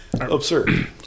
Absurd